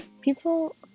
People